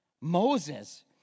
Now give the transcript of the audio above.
Moses